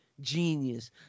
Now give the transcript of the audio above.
genius